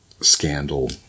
scandal